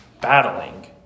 battling